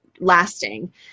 lasting